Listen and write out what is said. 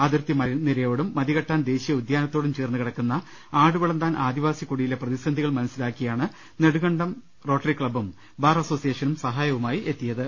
അതിർത്തി മലനിരയോടും മതികെട്ടാൻ ദേശീയ ഉദ്യോനത്തോടും ചേർന്നുകിടക്കുന്ന ആടുവിളന്താൻ ആദിവാസി കുടിയിലെ പ്രതിസന്ധികൾ മനസ്സിലാക്കി യാണ് നെടുങ്കണ്ടം റോട്ടറി ക്ലബ്ബും ബാർ അസോസി യേഷനും സഹായവുമായി എത്തിയത്